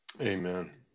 Amen